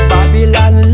Babylon